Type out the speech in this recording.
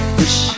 wish